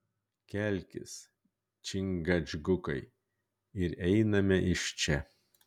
kelkis čingačgukai ir einame iš čia